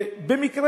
במקרה,